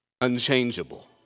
unchangeable